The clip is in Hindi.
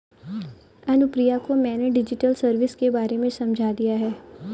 अनुप्रिया को मैंने डिजिटल सर्विस के बारे में समझा दिया है